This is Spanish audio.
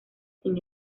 sin